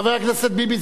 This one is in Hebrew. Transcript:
חבר הכנסת ביבי,